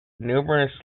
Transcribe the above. numerous